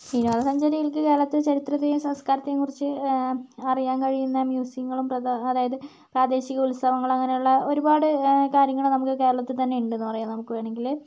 വിനോദസഞ്ചാരികൾക്ക് കേരളത്തിൻ്റെ ചരിത്രത്തെയും സംസ്കാരത്തെയും കുറിച്ച് അറിയാൻ കഴിയുന്ന മ്യൂസിയങ്ങളും പ്രധാ അതായത് പ്രാദേശിക ഉത്സവങ്ങൾ അങ്ങനെയുള്ള ഒരുപാട് കാര്യങ്ങൾ നമുക്ക് കേരളത്തിൽ തന്നെ ഉണ്ട് എന്ന് പറയാം നമുക്ക് വേണമെങ്കിൽ